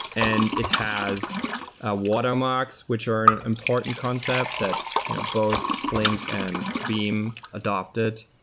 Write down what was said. and it has ah watermarks which are an important concept that you know both flink and beam adapted.